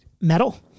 metal